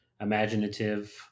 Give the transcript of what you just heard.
imaginative